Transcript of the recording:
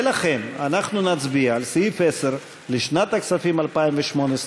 לכן אנחנו נצביע על סעיף 10 לשנת הכספים 2018,